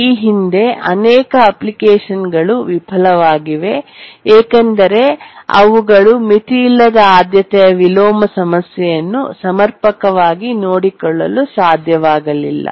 ಈ ಹಿಂದೆ ಅನೇಕ ಅಪ್ಲಿಕೇಶನ್ಗಳು ವಿಫಲವಾಗಿವೆ ಏಕೆಂದರೆ ಅವುಗಳು ಮಿತಿಯಿಲ್ಲದ ಆದ್ಯತೆಯ ವಿಲೋಮ ಸಮಸ್ಯೆಯನ್ನು ಸಮರ್ಪಕವಾಗಿ ನೋಡಿಕೊಳ್ಳಲು ಸಾಧ್ಯವಾಗಲಿಲ್ಲ